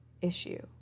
issue